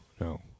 no